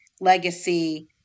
legacy